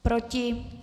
Proti?